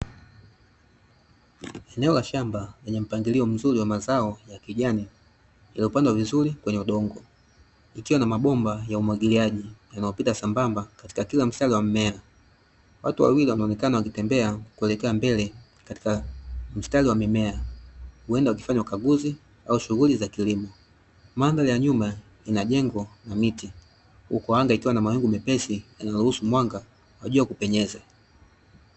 Eneo la shamba lenye mpangilio mzuri wa mazao ya kijani, yaliyopandwa vizuri kwenye udongo ikiwa na mabomba ya umwagiliaji yakiwa yamepita sambamba katika kila mstari wa mmea, watu wawili wameonekana wakitembea kuelekea mbele katika mstari wa mimea huenda wakifanya ukaguzi au shughuli za kilimo, mandhari ya nyuma inajengwa na miti huku anga ikiwa na mawingu mepesi yanayoruhusu mwanga kwa kupenyeza.